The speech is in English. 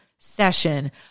Session